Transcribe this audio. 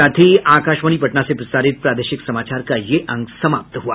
इसके साथ ही आकाशवाणी पटना से प्रसारित प्रादेशिक समाचार का ये अंक समाप्त हुआ